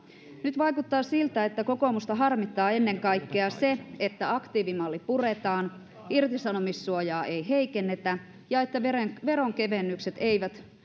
nyt vaikuttaa siltä että kokoomusta harmittaa ennen kaikkea se että aktiivimalli puretaan että irtisanomissuojaa ei heikennetä ja että veronkevennykset eivät